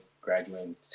graduating